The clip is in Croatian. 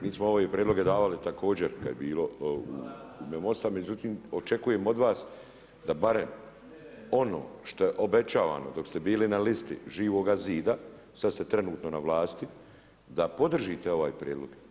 Mi smo ove prijedloge davali također kad je bilo u ime MOST-a međutim, očekujem od vas da barem ono što je obećavano dok ste bili na listi Živoga zida, sad ste trenutno na vlasti, da podržite ovaj prijedlog.